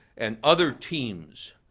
and other teams,